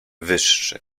wyższy